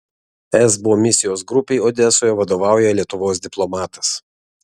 esbo misijos grupei odesoje vadovauja lietuvos diplomatas